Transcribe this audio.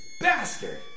bastard